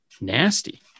nasty